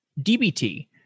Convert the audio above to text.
DBT